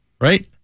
right